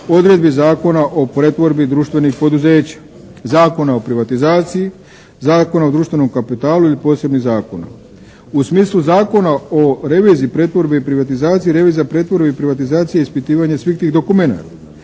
odredbi Zakona o pretvorbi društvenih poduzeća, Zakona o privatizaciji, Zakona o društvenom kapitalu ili posebni zakon. U smislu Zakona o reviziji, pretvorbi i privatizaciji, revizija pretvorbe i privatizacije i ispitivanje svih tih dokumenata.